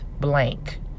blank